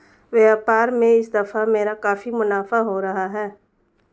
व्यापार में इस दफा मेरा काफी मुनाफा हो रहा है